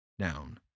down